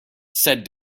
said